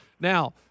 Now